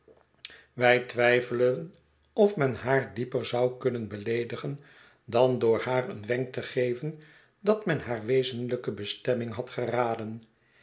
wij twijfelen of men haar dieper zou kunnen beleedigen dan door haar een wenk te geven dat men haar wezenlijke bestemming had geraden